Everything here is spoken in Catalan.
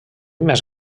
més